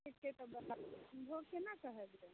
छुच्छे तऽ दोकान अइ किशनभोग केना कहलियै